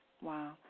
wow